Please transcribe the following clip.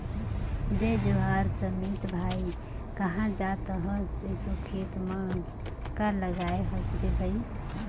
जय जोहार समीत भाई, काँहा जात अहस एसो खेत म काय लगाय हस रे भई?